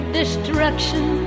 destruction